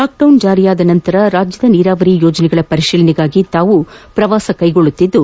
lockdown ಜಾರಿಯಾದ ಬಳಕ ರಾಜ್ಞದ ನೀರಾವರಿ ಯೋಜನೆಗಳ ಪರಿಶೀಲನೆಗಾಗಿ ತಾವು ಪ್ರವಾಸ ಕೈಗೊಳ್ಳುತ್ತಿದ್ದು